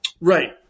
Right